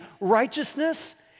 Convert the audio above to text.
righteousness